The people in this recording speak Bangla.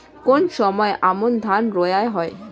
কোন সময় আমন ধান রোয়া হয়?